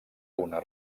una